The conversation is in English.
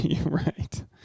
right